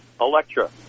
Electra